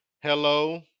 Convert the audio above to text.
hello